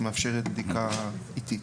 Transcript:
מאפשרת בדיקה איטית.